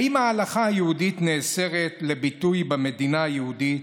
האם ההלכה היהודית נאסרת לביטוי במדינה היהודית?